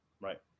right